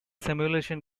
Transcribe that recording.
simulation